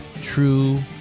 true